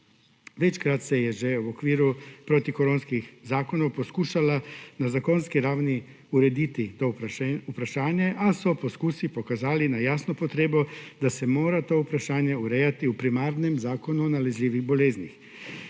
Večkrat se je že v okviru protikoronskih zakonov poskušalo na zakonski ravni urediti to vprašanje, a so poskusi pokazali na jasno potrebo, da se mora to vprašanje urejati v primarnem zakonu o nalezljivih boleznih